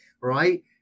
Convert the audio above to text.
right